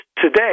today